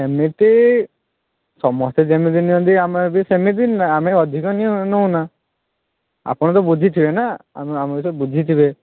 ସେମିତି ସମସ୍ତେ ଯେମିତି ନିଅନ୍ତି ଆମେ ସେମିତି ବି ଆମେ ଅଧିକା ନେଉନା ଆପଣ ତ ବୁଝିଥିବେ ନା ଆମ ବିଷୟରେ ବୁଝିଥିବେ